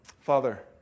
Father